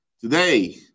Today